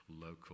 local